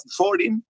2014